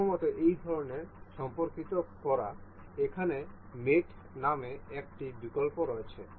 প্রথমত এই ধরনের সম্পর্ক করা এখানে মেট নামে একটি বিকল্প রয়েছে